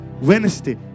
Wednesday